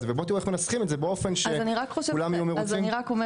ותראו איך מנסחים את זה באופן שכולם יהיו מרוצים ממנו.